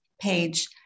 page